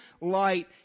light